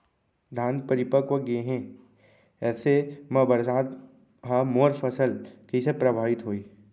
धान परिपक्व गेहे ऐसे म बरसात ह मोर फसल कइसे प्रभावित होही?